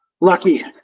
Lucky